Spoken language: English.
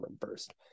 first